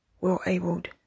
well-abled